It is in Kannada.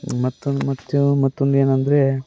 ಮತ್ತೊಂದು ಮತ್ತು ಮತ್ತೊಂದೇನೆಂದ್ರೆ